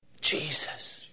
Jesus